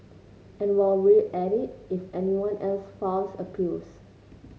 and while we're at it if anyone else files appeals